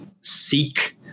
seek